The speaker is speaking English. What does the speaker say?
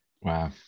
Wow